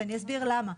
ואני אסביר למה.